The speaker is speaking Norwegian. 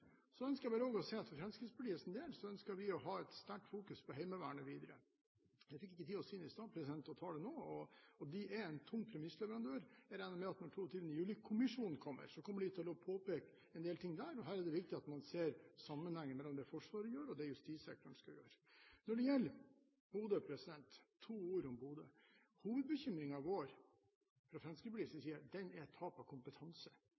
Så vil jeg også si at Fremskrittspartiet ønsker å ha et sterkt fokus på Heimevernet videre. Jeg fikk ikke tid til å si det i sted, så jeg tar det nå. De er en tung premissleverandør. Jeg regner med at når 22. juli-kommisjonens rapport kommer, kommer den til å påpeke en del ting. Her er det viktig at man ser sammenhengen mellom det Forsvaret gjør, og det som justissektoren skal gjøre. To ord om Bodø: Fremskrittspartiets hovedbekymring er tap av kompetanse.